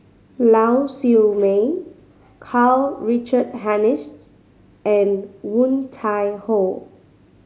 Lau Siew Mei Karl Richard Hanitsch and Woon Tai Ho